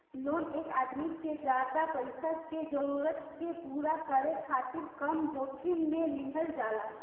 loan एक आदमी के ज्यादा पईसा के जरूरत के पूरा करे खातिर कम जोखिम में लिहल जाला